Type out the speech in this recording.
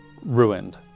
ruined